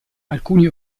alcuni